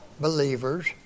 believers